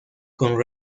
con